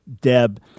Deb